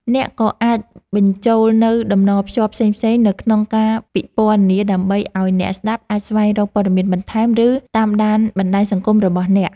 អ្នកក៏អាចបញ្ចូលនូវតំណភ្ជាប់ផ្សេងៗនៅក្នុងការពិពណ៌នាដើម្បីឱ្យអ្នកស្តាប់អាចស្វែងរកព័ត៌មានបន្ថែម ឬតាមដានបណ្តាញសង្គមរបស់អ្នក។